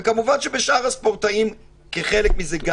וכמובן שבשאר הספורטאים כחלק מזה.